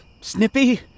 snippy